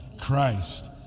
Christ